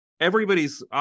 everybody's